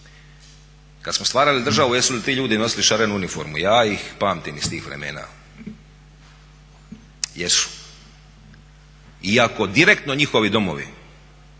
Kad smo stvarali državu jesu li ti ljudi nosili šarenu uniformu? Ja ih pamtim iz tih vremena. Jesu, iako direktno njihovi domovi